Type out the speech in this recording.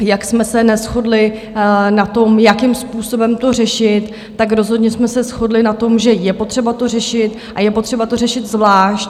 Jak jsme se neshodli na tom, jakým způsobem to řešit, tak rozhodně jsme se shodli na tom, že je potřeba to řešit a je potřeba to řešit zvlášť.